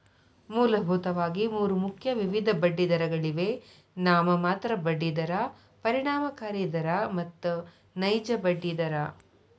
ಮೂಲಭೂತವಾಗಿ ಮೂರು ಮುಖ್ಯ ವಿಧದ ಬಡ್ಡಿದರಗಳಿವೆ ನಾಮಮಾತ್ರ ಬಡ್ಡಿ ದರ, ಪರಿಣಾಮಕಾರಿ ದರ ಮತ್ತು ನೈಜ ಬಡ್ಡಿ ದರ